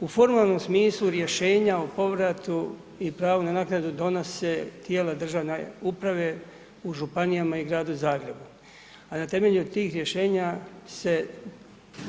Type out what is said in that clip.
U formalnom smislu rješenja o povratu i pravu na naknadu donose tijela državne uprave u županijama i u Gradu Zagrebu, a na temelju tih rješenja se